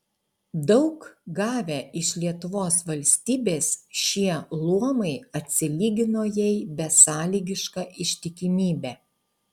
daug gavę iš lietuvos valstybės šie luomai atsilygino jai besąlygiška ištikimybe